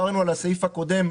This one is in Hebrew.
עכשיו זה בסדר גמור שיש הבנה,